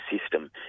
system